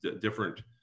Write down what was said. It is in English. different